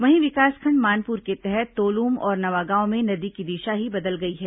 वहीं विकासखंड मानपुर के तहत तोलूम और नवागांव में नदी की दिशा ही बदल गई है